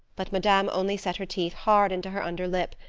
but madame only set her teeth hard into her under lip,